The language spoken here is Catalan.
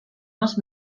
els